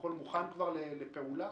הכול כבר מוכן לפעולה?